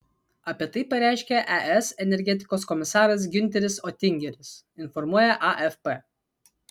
apie tai pareiškė es energetikos komisaras giunteris otingeris informuoja afp